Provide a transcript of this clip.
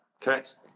Correct